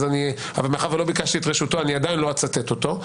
אבל מאחר שלא ביקשתי את רשותו עדיין לא אצטט אותו,